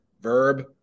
verb